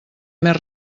més